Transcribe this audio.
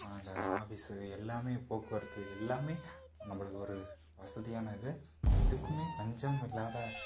அந்த ஆஃபிஸு எல்லாம் போக்குவரத்து எல்லாம் நம்மளுக்கு ஒரு வசதியான இது எதுக்கும் பஞ்சம் இல்லாத